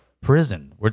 prison